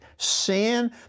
Sin